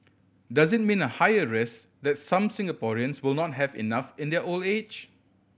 does it mean a higher risk that some Singaporeans will not have enough in their old age